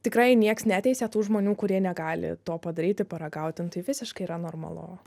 tikrai nieks neteisia tų žmonių kurie negali to padaryti paragauti nu tai visiškai yra normalu